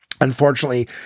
Unfortunately